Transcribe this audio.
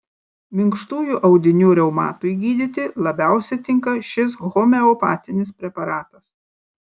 minkštųjų audinių reumatui gydyti labiausiai tinka šis homeopatinis preparatas